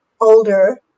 older